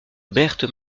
berthe